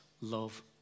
love